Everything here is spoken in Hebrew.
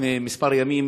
לפני כמה ימים